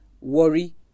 Worry